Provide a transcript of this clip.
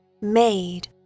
made